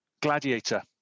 Gladiator